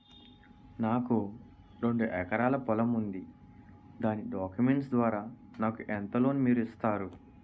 నాకు రెండు ఎకరాల పొలం ఉంది దాని డాక్యుమెంట్స్ ద్వారా నాకు ఎంత లోన్ మీరు ఇస్తారు?